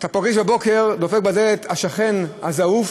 בבוקר דופק בדלת השכן הזועף,